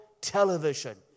television